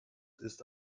ist